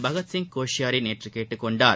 பகத்சிங் கோஷ்யாரி நேற்று கேட்டுக் கொண்டார்